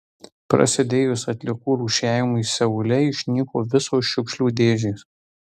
prasidėjus atliekų rūšiavimui seule išnyko visos šiukšlių dėžės